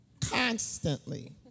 constantly